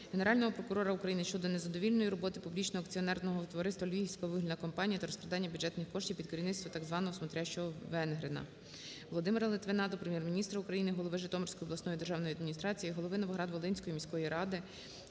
Генерального прокурора України щодо незадовільної роботи Публічного акціонерного товариства "Львівська вугільна компанія" та розкрадання бюджетних коштів під керівництвом так званого "смотрящого" Венгрина. Володимира Литвина до Прем'єр-міністра України, голови Житомирської обласної державної адміністрації, голови Новоград-Волинської міської ради